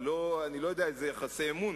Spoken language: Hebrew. אני לא יודע איזה יחסי אמון,